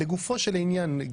לגופו של עניין,